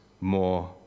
more